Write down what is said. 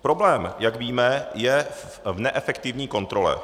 Problém, jak víme, je v neefektivní kontrole.